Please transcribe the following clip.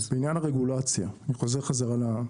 בעניין הרגולציה, אני חוזר בחזרה.